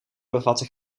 bevatten